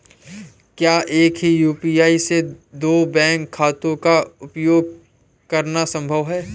क्या एक ही यू.पी.आई से दो बैंक खातों का उपयोग करना संभव है?